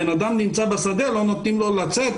בן אדם נמצא בשדה ולא נותנים לו לצאת,